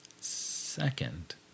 Second